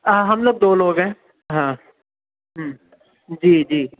ہم لوگ دو لوگ ہیں ہاں جی جی